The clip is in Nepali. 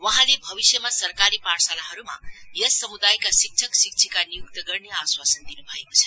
वहाँले भविष्यमा सरकारी पाठशालाहरुमा यस समुदायका शिक्षक शिक्षिका नियुक्त गर्ने आश्वासन दिनु भएको छ